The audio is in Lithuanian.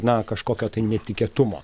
na kažkokio netikėtumo